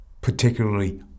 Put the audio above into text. particularly